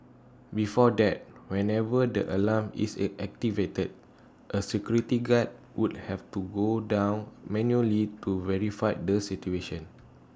before that whenever the alarm is A activated A security guard would have to go down manually to verify the situation